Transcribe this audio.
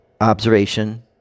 observation